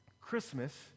Christmas